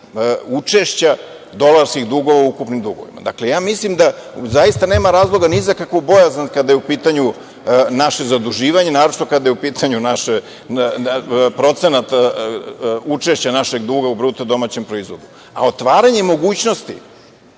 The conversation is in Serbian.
učešća dolarskih dugova u ukupnim dugovima. Dakle, ja mislim da zaista nema razloga ni za kakvu bojazan kada je u pitanju naše zaduživanje, naročito kada je u pitanju procenat učešća našeg duga u BDP, a otvaranjem mogućnosti